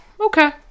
Okay